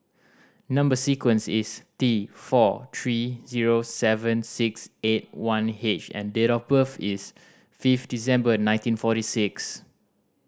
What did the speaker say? number sequence is T four three zero seven six eight one H and date of birth is fifth December nineteen forty six